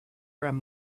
grand